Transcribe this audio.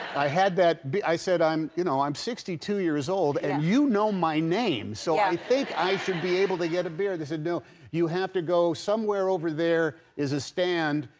i had that beard i said, i'm you know i'm sixty two years old, and you know my name. so i think i should be able to get a beer. they said, no you have to go somewhere over there is a stand,